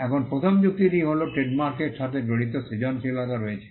এখন প্রথম যুক্তিটি হল ট্রেডমার্কের সাথে জড়িত সৃজনশীলতা রয়েছে